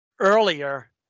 earlier